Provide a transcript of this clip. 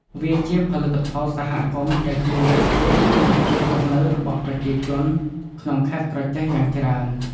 វាជាផលិតផលសហគមន៍ដែលជួយលើកស្ទួយជីវភាពរស់នៅរបស់ប្រជាជនក្នុងខេត្តក្រចេះយ៉ាងច្រើន។